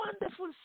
wonderful